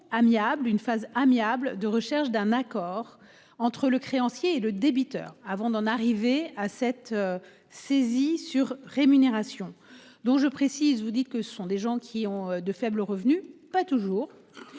une phase amiable de recherche d'un accord entre le créancier et le débiteur. Avant d'en arriver à cette saisie sur rémunération dont je précise, vous dites que ce sont des gens qui ont de faibles revenus, pas toujours.